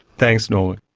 thanks, norman.